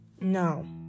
No